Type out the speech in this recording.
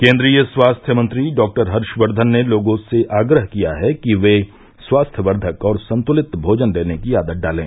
केंद्रीय स्वास्थ्य मंत्री डॉ हर्षवर्धन ने लोगों से आग्रह किया है कि वे स्वास्थवर्धक और संतुलित भोजन लेने की आदत डालें